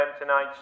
tonight